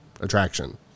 attraction